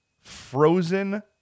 frozen